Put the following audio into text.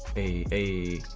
a